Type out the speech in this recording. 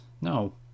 no